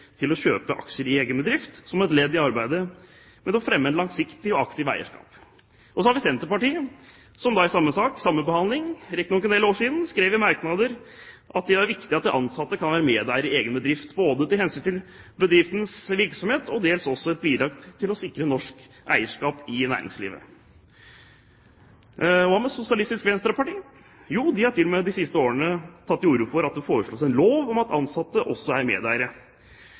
til å kjøpe aksjer i egen bedrift, som et ledd i arbeidet med å fremme et langsiktig og aktivt eierskap. Så har vi Senterpartiet, som i samme sak og i samme behandling, riktig nok for en del år siden, skrev i merknadene at det var viktig at de ansatte kan være medeier i egen bedrift, både av hensyn til bedriftens virksomhet og dels også som et bidrag til å sikre norsk eierskap i næringslivet. Hva med Sosialistisk Venstreparti? Jo, de har til og med de siste årene tatt til orde for at det foreslås en lov om at ansatte også er medeiere,